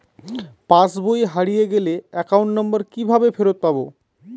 পাসবই হারিয়ে গেলে account number কিভাবে ফেরত পাব?